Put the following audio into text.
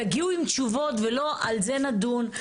תגיעו עם תשובות ולא על זה נדון,